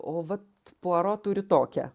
o vat puaro turi tokią